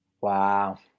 Wow